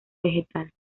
vegetal